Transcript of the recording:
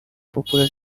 popular